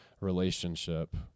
relationship